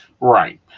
Right